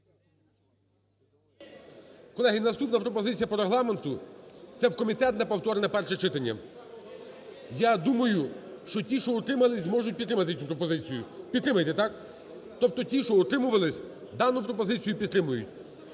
Колеги, наступна пропозиція по Регламенту – це в комітет на повторне перше читання. Я думаю, що ті, що утримались, зможуть підтримати цю пропозицію. Підтримаєте, так? Тобто ті, що утримувались, дану пропозицію підтримують.